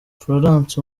florence